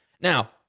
Now